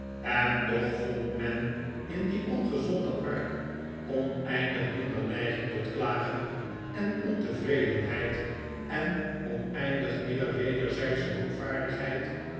en toch vond men in die ongezonde ark oneindig minder neiging tot klagen en ontevredenheid en oneindig meer wederzijdsche